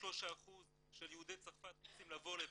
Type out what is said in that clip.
43% של יהודי צרפת רוצים לבוא לפה.